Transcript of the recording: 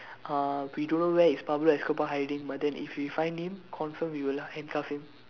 uh we don't know where is Pablo Escobar hiding but then if we find him confirm we will handcuff him